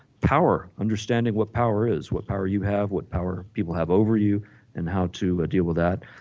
power, understanding what power is, what power you have, what power people have over you and how to deal with that,